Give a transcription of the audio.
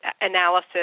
Analysis